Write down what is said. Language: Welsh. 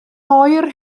oer